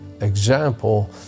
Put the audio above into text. example